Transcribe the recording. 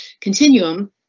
continuum